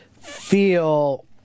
feel